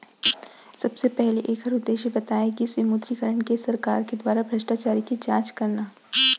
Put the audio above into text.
सबले पहिली ऐखर उद्देश्य बताए गिस विमुद्रीकरन के सरकार के दुवारा भस्टाचारी के जाँच करना